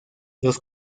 los